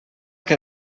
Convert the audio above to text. que